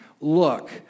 Look